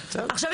עכשיו,